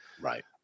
Right